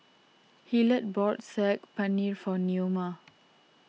Hillard bought Saag Paneer for Neoma